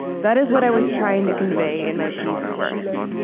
that is what i was trying to convey in my piece, worth.